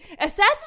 Assassin's